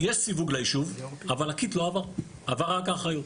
יש סיווג ליישוב אבל הקיט לא עבר, עבר רק האחריות.